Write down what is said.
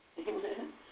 Amen